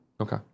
Okay